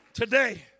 Today